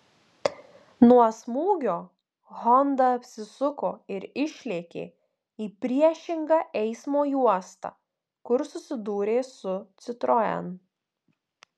nuo smūgio honda apsisuko ir išlėkė į priešingą eismo juostą kur susidūrė su citroen